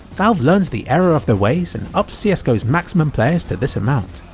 valve learns the error of their ways and ups cs go's maximum players to this amount.